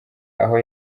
aho